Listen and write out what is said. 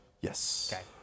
Yes